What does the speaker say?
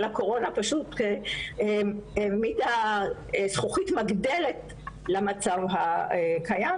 אבל הקורונה פשוט העמידה זכוכית מגדלת למצב הקיים